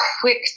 quick